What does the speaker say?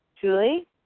Julie